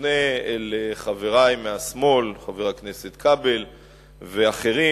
שמופנה אל חברי מהשמאל, חבר הכנסת כבל ואחרים: